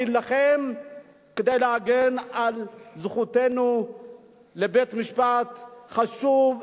ונילחם כדי להגן על זכותנו לבית-משפט חשוב,